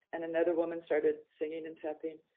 and another woman started singing and tapping.